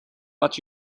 but